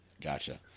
Gotcha